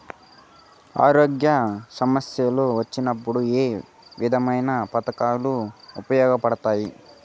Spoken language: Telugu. ఆరోగ్య సమస్యలు వచ్చినప్పుడు ఏ విధమైన పథకాలు ఉపయోగపడతాయి